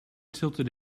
tilted